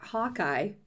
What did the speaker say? Hawkeye